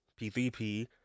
P3P